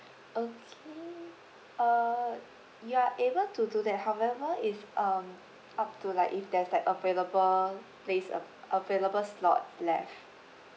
okay uh we are able to do that however if um up to like if there's like available space uh available slot left